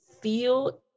feel